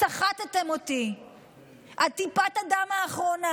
סחטתם אותי עד טיפת הדם האחרונה,